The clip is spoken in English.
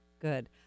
Good